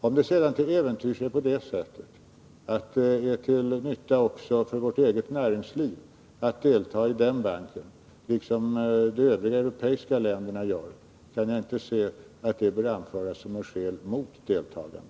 Om det till äventyrs är så att det är till nytta också för vårt eget näringsliv att delta i denna bank, liksom de övriga europeiska länderna gör, kan jag inte se att det bör anföras som något skäl mot deltagande.